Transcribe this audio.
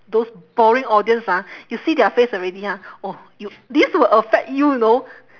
those boring audience ah you see their face already ha orh you this will affect you you know